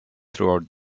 throughout